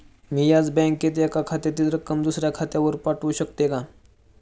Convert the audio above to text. मी याच बँकेत एका खात्यातील रक्कम दुसऱ्या खात्यावर पाठवू शकते का?